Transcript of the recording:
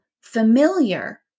familiar